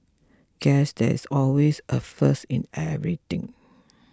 guess there is always a first in everything